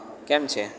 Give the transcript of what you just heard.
કેમ છે